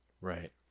Right